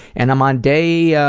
and, i'm on day, i